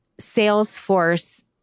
Salesforce